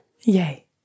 Yay